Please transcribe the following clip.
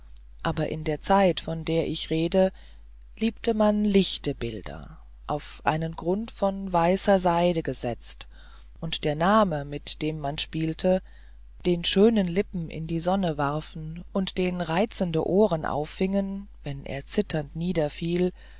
aber in der zeit von der ich rede liebte man lichte bilder auf einen grund von weißer seide gesetzt und der name mit dem man spielte den schöne lippen in die sonne warfen und den reizende ohren auffingen wenn er zitternd